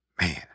man